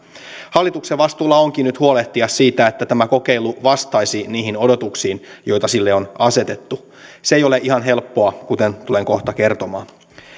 hallituksen vastuulla onkin nyt huolehtia siitä että tämä kokeilu vastaisi niihin odotuksiin joita sille on asetettu se ei ole ihan helppoa kuten tulen kohta kertomaan